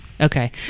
Okay